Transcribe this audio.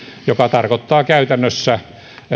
joka tarkoittaa käytännössä